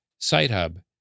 sitehub